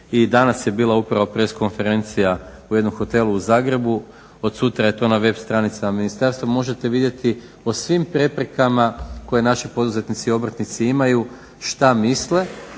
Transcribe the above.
danas je bila upravo press konferencija u jednom hotelu u Zagrebu od sutra je to na web stranicama ministarstva, možete vidjeti o svim preprekama koje naši poduzetnici i obrtnici imaju šta misle,